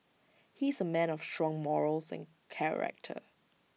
he's A man of strong morals and character